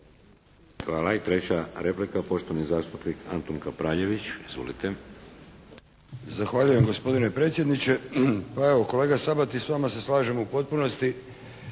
Hvala. I treća replika, poštovani zastupnik Antun Kapraljević. Izvolite. **Kapraljević, Antun (HNS)** Zahvaljujem gospodine predsjedniče. Pa evo kolega Sabati s vama se slažem u potpunosti.